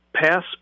Pass